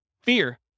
Fear